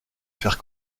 faire